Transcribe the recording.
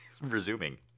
Resuming